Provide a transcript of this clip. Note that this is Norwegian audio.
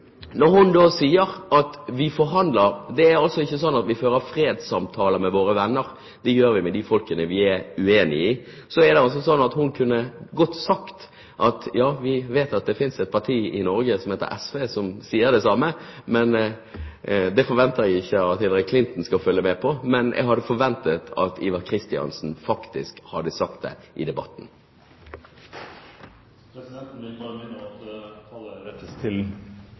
vi forhandler – det er altså ikke slik at vi fører fredssamtaler med våre venner, det gjør vi med de folkene vi er uenige med – kunne hun godt ha sagt: Ja, vi vet at det finnes et parti i Norge som heter SV, som sier det samme. Det forventer jeg ikke at Hillary Clinton skal følge med på, men jeg hadde forventet at Ivar Kristiansen faktisk hadde sagt det i debatten. Presidenten vil minne om at all tale skal rettes til